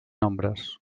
nombres